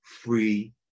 free